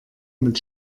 mit